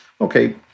okay